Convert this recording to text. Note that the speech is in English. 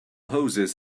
hoses